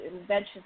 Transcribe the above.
inventions